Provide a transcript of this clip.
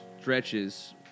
stretches